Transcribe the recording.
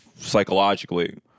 psychologically